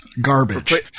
Garbage